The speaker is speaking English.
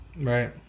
right